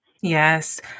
Yes